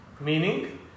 meaning